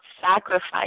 sacrifice